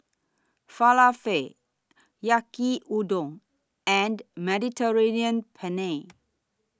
Falafel Yaki Udon and Mediterranean Penne